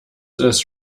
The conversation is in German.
ist